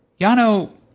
Yano